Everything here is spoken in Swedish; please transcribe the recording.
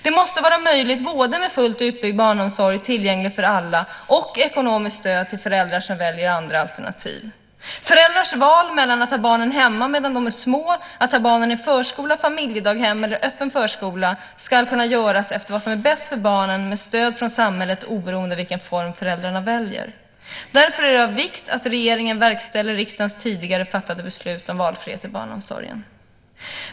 Det måste vara möjligt både med fullt utbyggd barnomsorg tillgänglig för alla och ekonomiskt stöd till föräldrar som väljer andra alternativ. Föräldrars val mellan att ha barnen hemma medan de är små eller att ha barnen i förskola, familjedaghem eller öppen förskola ska kunna göras utifrån vad som är bäst för barnen med stöd från samhället oberoende av vilken form föräldrarna väljer. Därför är det av vikt att regeringen verkställer riksdagens tidigare fattade beslut om valfrihet i barnomsorgen.